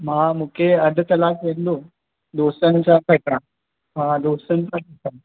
मां मूंखे अधु कलाकु थींदो दोस्तनि सां गॾु आआहियांहा दोस्तनि सां गॾु आहियां